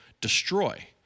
destroy